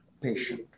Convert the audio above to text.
patient